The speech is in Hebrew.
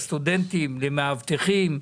לעובדים, לסטודנטים, למאבטחים.